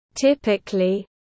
Typically